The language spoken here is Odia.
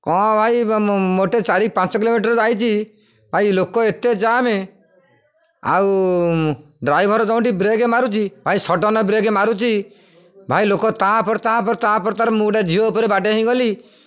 କ'ଣ ଭାଇ ମୋଟେ ଚାରି ପାଞ୍ଚ କିଲୋମିଟର ଯାଇଛି ଭାଇ ଲୋକ ଏତେ ଯାମେ ଆଉ ଡ୍ରାଇଭର୍ ଯଉଁଠି ବ୍ରେକ୍ ମାରୁଛି ଭାଇ ସଡନ୍ ବ୍ରେକ୍ ମାରୁଛି ଭାଇ ଲୋକ ତା'ପରେ ତା'ପରେ ତା'ପରେ ତାାର ମୁଁ ଗୋଟେ ଝିଅ ଉପରେ ବାଡ଼େଇ ହୋଇଗଲି